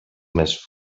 més